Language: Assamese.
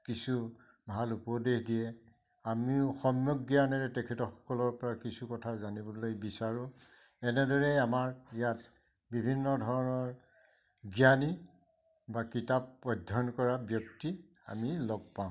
কিছু ভাল উপদেশ দিয়ে আমিও সম্যক জ্ঞানেৰে তেখেতসকলৰ পৰা কিছু কথা জানিবলৈ বিচাৰোঁ এনেদৰেই আমাৰ ইয়াত বিভিন্ন ধৰণৰ জ্ঞানী বা কিতাপ অধ্যয়ন কৰা ব্যক্তি আমি লগ পাওঁ